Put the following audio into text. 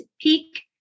peak